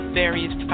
various